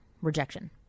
rejection